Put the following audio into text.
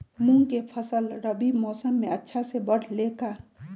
मूंग के फसल रबी मौसम में अच्छा से बढ़ ले का?